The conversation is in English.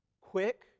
quick